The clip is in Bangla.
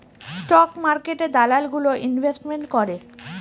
স্টক মার্কেটে দালাল গুলো ইনভেস্টমেন্ট করে